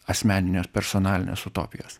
asmeninės personalinės utopijos